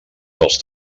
dels